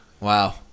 Wow